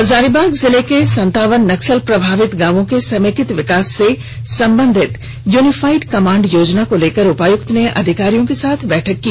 हजारीबाग जिले के संतावन नक्सल प्रभावित गांवों के समेकित विकास से संबंधित यूनिफाइड कमांड योजना को लेकर उपायुक्त ने अधिकारियों के साथ बैठक की